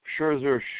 Scherzer